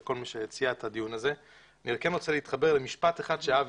אני רוצה להתחבר למשפט אחד של אבי